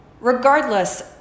Regardless